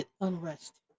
unrest